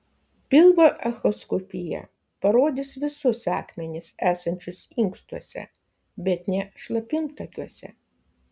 pilvo echoskopija parodys visus akmenis esančius inkstuose bet ne šlapimtakiuose